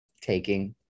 taking